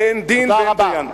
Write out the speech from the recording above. ואין דין ואין דיין.